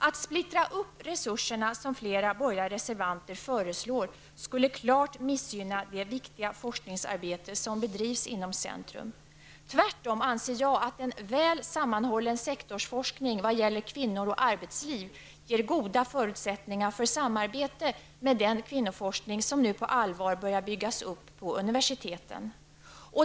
Att splittra upp resurserna, som flera borgerliga reservanter föreslår, skulle klart missgynna det viktiga forskningsarbete som bedrivs inom arbetslivscentrum. Tvärtom anser jag att en väl sammanhållen sektorsforskning vad gäller kvinnor och arbetsliv ger goda förutsättningar för samarbete med den kvinnoforskning som nu på allvar börjar byggas upp på universiteten.